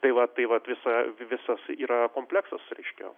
tai va tai vat visa visas yra kompleksas reiškia